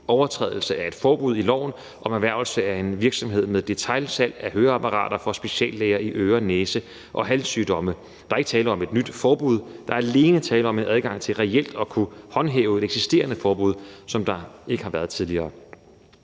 overtrædelse af et forbud i loven om erhvervelse af en virksomhed med detailsalg af høreapparater fra speciallæger i øre-, næse- og halssygdomme. Der er ikke tale om et nyt forbud. Der er alene tale om en adgang til reelt at kunne håndhæve eksisterende forbud, hvilket der ikke har været tidligere.